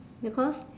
because